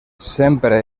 sempre